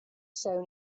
shown